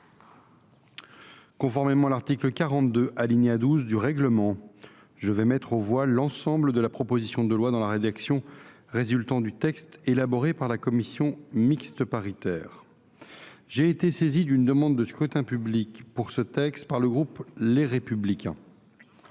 Conformément à l’article 42, alinéa 12, du règlement, je vais mettre aux voix l’ensemble de la proposition de loi dans la rédaction résultant du texte élaboré par la commission mixte paritaire. J’ai été saisi d’une demande de scrutin public émanant du groupe Les Républicains.